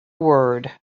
word